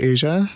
Asia